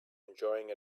enjoying